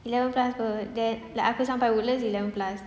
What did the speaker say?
eleven plus [pe] that then aku sampai woodlands eleven plus